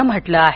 नं म्हटलं आहे